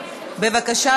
בבקשה,